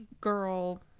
girl